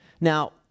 Now